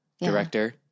director